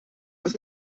was